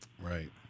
Right